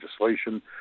legislation